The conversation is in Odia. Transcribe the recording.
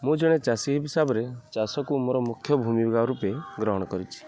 ମୁଁ ଜଣେ ଚାଷୀ ହିସାବରେ ଚାଷକୁ ମୋର ମୁଖ୍ୟ ଭୂମିକା ରୂପେ ଗ୍ରହଣ କରିଛି